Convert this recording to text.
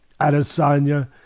Adesanya